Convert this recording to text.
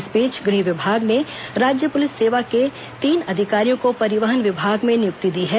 इस बीच गृह विभाग ने राज्य पुलिस सेवा के तीन अधिकारियों परिवहन विभाग में नियुक्ति दी है